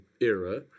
era